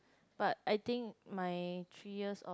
but I think my three years of